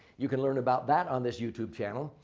you can learn about that on this youtube channel.